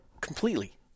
completely